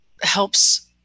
helps